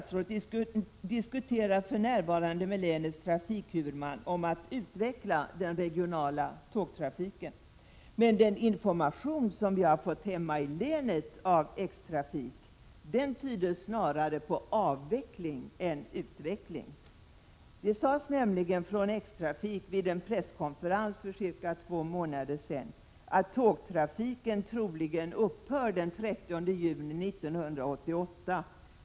SJ diskuterar för närvarande med länets trafikhuvudman om att utveckla den regionala tågtrafiken, säger statsrådet. Men den information som vi har fått hemma i länet av X-trafik tyder snarare på avveckling än utveckling. X-trafik meddelade nämligen vid en presskonferens för cirka två månader sedan att tågtrafiken troligen upphör den 30 juni 1988.